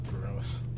Gross